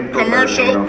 commercial